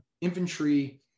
infantry